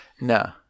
No